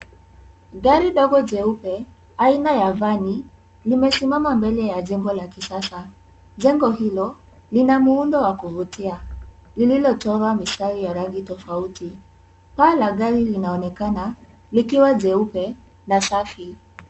Gari dogo jeupe aina ya vani limesimama mbele ya jengo la kisasa. Jengo hilo lina muundo wa kuvutia lililochorwa mistari ya rangi tofauti. Paa la gari linaonekana likiwa jeupe na safi.